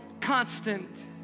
constant